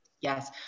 Yes